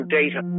data